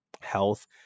health